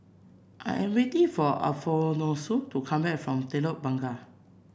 I am waiting for Alfonso to come back from Telok Blangah